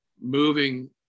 moving